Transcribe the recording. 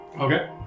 Okay